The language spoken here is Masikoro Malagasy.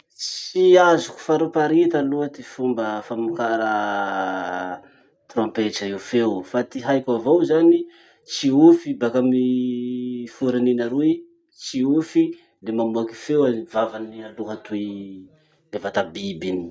Tsy azoko fariparita aloha ty fomba famokara trompetra io feo fa ty haiko avao zany, tsiofy baka amy forininy aroy, tsiofy, le mamoaky feo vavany aloha atoy bevata biby iny.